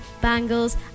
bangles